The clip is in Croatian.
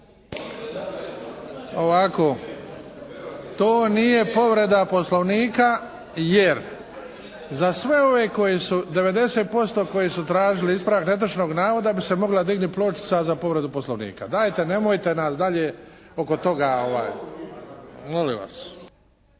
Ovako. To nije povreda Poslovnika jer za sve ove koji su 90% koji su tražili ispravak netočnog navoda bi se mogla digniti pločica za povredu Poslovnika. Dajte nemojte nas dalje oko toga, molim vas.